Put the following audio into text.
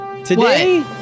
Today